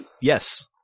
Yes